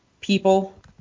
people